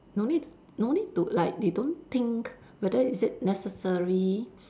no need t~ no need to like they don't think whether is it necessary